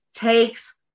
takes